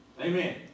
Amen